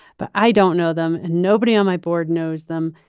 but i don't know them and nobody on my board knows them.